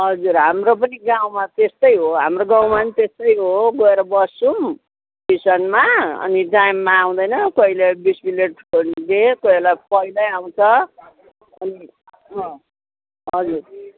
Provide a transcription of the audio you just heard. हजुर हाम्रो पनि गाउँमा त्यस्तै हो हाम्रो गाउँमा नि त्यस्तै हो गएर बस्छौँ स्टेसनमा अनि टाइममा आउँदैन कहिले बिस मिनट लेट कोही बेला पहिल्यै आउँछ अनि अँ हजुर